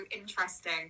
interesting